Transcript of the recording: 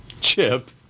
Chip